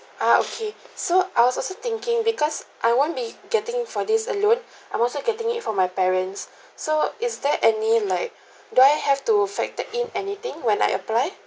ah okay so I was also thinking because I won't be getting for this alone I'm also getting it for my parents so is there any like do I have to factor in anything when I apply